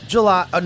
July